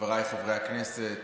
חבריי חברי הכנסת,